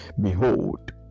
Behold